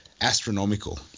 astronomical